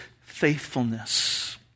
faithfulness